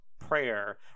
prayer